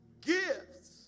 Gifts